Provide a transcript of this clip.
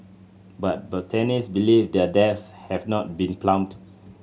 but botanist believe their depths have not been plumbed